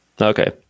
Okay